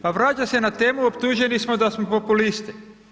Ma vraćam se na temu, optuženi smo da smo populisti.